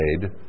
made